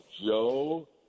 Joe